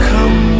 Come